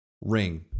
ring